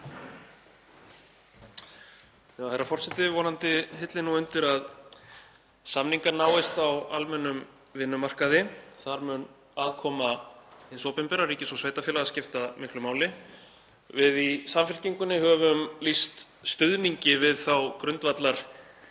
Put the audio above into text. Herra forseti. Vonandi hillir undir að samningar náist á almennum vinnumarkaði. Þar mun aðkoma hins opinbera, ríkis og sveitarfélaga skipta miklu máli. Við í Samfylkingunni höfum lýst stuðningi við þá grundvallarnálgun